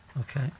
Okay